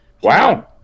Wow